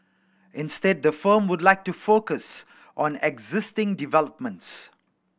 instead the firm would like to focus on existing developments